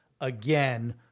again